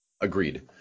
Agreed